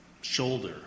shoulder